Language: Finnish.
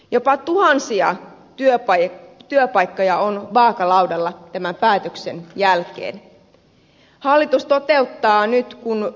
jopa tuhansia työpaikkoja on vaakalaudalla tämän päätöksen jälkeen